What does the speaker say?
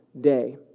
day